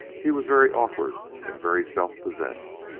he was very awkward and very self-possessed.